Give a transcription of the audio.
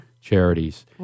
charities